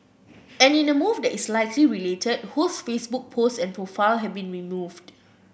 and in a move that is likely related Ho's Facebook post and profile have been removed